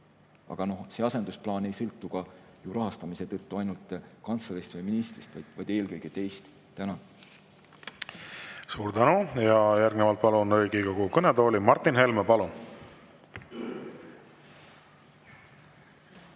Aga noh, see asendusplaan ei sõltu ju rahastamise tõttu mitte ainult kantslerist või ministrist, vaid eelkõige teist. Tänan! Suur tänu! Järgnevalt palun Riigikogu kõnetooli Martin Helme. Palun!